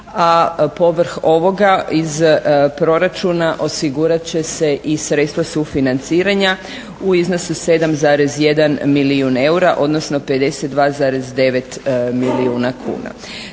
povrh ovoga iz proračuna osigurat će se i sredstva sufinanciranja u iznosu od 7,1 milijun eura odnosno 52,9 milijuna kuna.